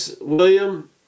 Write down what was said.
William